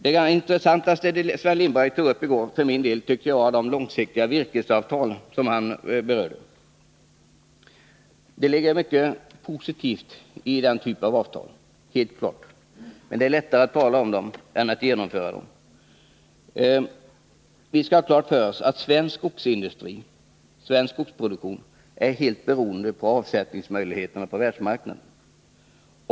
Det intressantaste som Sven Lindberg berörde i går tycker jag var frågan om de långsiktiga virkesavtalen. Det är helt klart att det ligger mycket positivt i den typen av avtal. Men det är lättare att tala om dem än att genomföra dem. Vi skall ha klart för oss att svensk skogsindustri och svensk skogsproduktion är helt beroende av möjligheterna till avsättning på världsmarknaden.